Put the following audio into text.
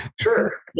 Sure